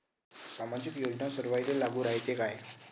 सामाजिक योजना सर्वाईले लागू रायते काय?